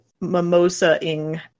mimosa-ing